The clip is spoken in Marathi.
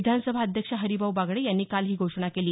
विधानसभा अध्यक्ष हरिभाऊ बागडे यांनी काल ही घोषणा केली